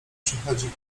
przychodzi